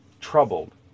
troubled